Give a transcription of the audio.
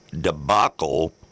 debacle